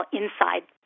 inside